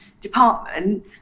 department